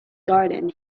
garden